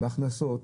בהכנסות,